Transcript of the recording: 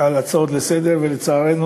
על ההצעות לסדר-היום, ולצערנו